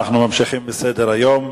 אנחנו ממשיכים בסדר-היום.